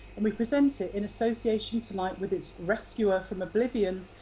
and we present it in association tonight with its rescuer from oblivion,